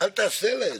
דווקא מצטער מאוד.